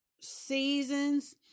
seasons